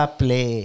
play